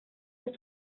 sus